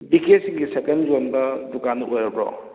cycle ꯌꯣꯟꯕ ꯗꯨꯀꯥꯟꯗꯨ ꯑꯣꯏꯔꯕ꯭ꯔꯣ